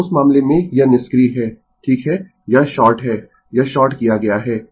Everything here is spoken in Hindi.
तो उस मामले में यह निष्क्रिय है ठीक है यह शॉर्ट है यह शॉर्ट किया गया है